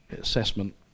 assessment